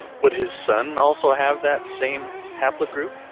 would his son also have that same haplogroup?